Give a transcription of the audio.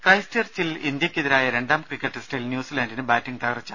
Christ ചർച്ചിൽ ഇന്ത്യയ്ക്കെതിരായ രണ്ടാം ക്രിക്കറ്റ് ടെസ്റ്റിൽ ന്യൂസിലാൻഡിന് ബാറ്റിംഗ് തകർച്ച